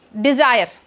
desire